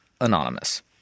Anonymous